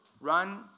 run